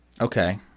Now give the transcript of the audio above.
Okay